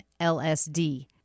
LSD